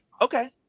Okay